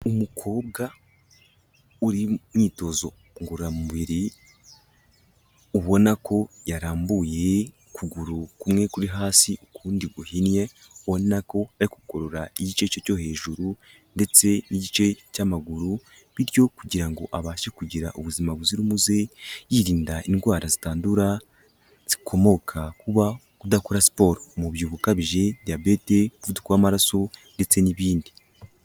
Umukobwa uri mu myitozo ngororamubiri, ubona ko yarambuye ukuguru kumwe kuri hasi ukundi guhinnye, ubona ko ari kugorora igice cye cyo hejuru ndetse n'igice cy'amaguru, bityo kugira ngo abashe kugira ubuzima buzira umuze, yirinda indwara zitandura zikomoka kuba udakora siporo. Umubyibuho ukabije, diyabete, umuvuduko w'amaraso ndetse n'ibindi.